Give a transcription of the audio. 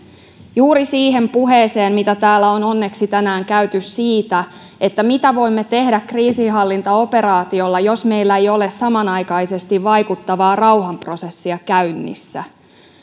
juuri siihen puheeseen mitä täällä on onneksi tänään käyty siitä mitä voimme tehdä kriisinhallintaoperaatiolla jos meillä ei ole samanaikaisesti vaikuttavaa rauhanprosessia käynnissä